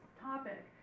topic